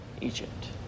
Egypt